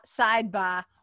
sidebar